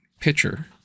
pitcher